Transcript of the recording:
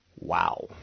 Wow